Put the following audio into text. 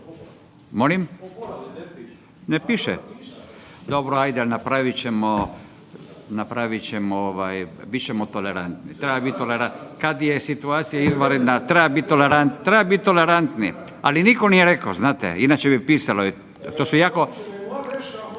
Molim? Ne piše. Dobro, ajde bit ćemo tolerantni, kada je situacija izvanredna treba biti tolerantan. Ali nitko nije rekao znate inače bi pisalo …/Upadica